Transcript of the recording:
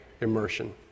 immersion